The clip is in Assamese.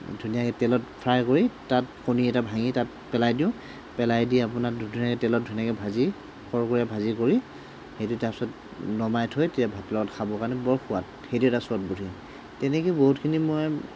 ধুনীয়াকৈ তেলত ফ্ৰাই কৰি তাত কণী এটা ভাঙি তাত পেলাই দিওঁ পেলাই দি আপোনাৰ ধুনীয়াকৈ তেলত ধুনীয়াকৈ ভাজি কৰকৰীয়া ভাজি কৰি সেইটো তাৰপিছত নমাই থৈ তেতিয়া ভাতৰ লগত খাবৰ কাৰণে বৰ সোৱাদ সেইটো এটা শ্বৰ্ট বুদ্ধি তেনেকেই বহুতখিনি মই